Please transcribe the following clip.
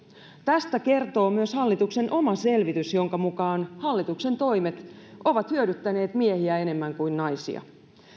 tästä kertoo myös hallituksen oma selvitys jonka mukaan hallituksen toimet ovat hyödyttäneet miehiä enemmän kuin naisia